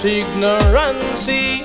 ignorance